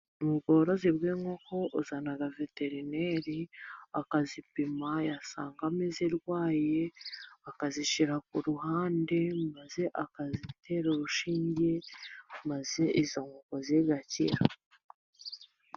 Mu bworozi bw'inkoko uzana veterineri akazipima, yasangamo izirwaye akazishyira ku ruhande, maze akazitera urushinge, maze izo nkoko zigakira.